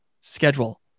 schedule